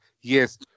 Yes